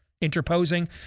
interposing